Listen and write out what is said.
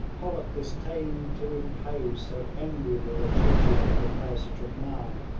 pollock disdained to impose so enviable a duty on a recalcitrant man,